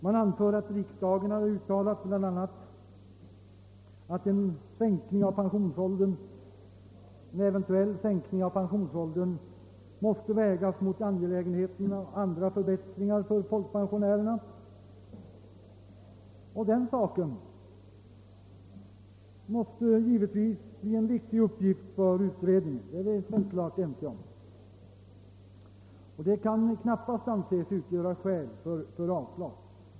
Man anför att riksdagen har uttalat bl a. att en eventuell sänkning av pensionsåldern måste vägas mot angelägenheten av andra förbättringar för folkpensionärerna, och den saken måste givetvis bli en viktig uppgift för utredningen. Det kan knappast anses utgöra skäl för avslag.